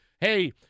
hey